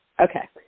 Okay